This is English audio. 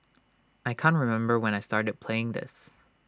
I can't remember when I started playing this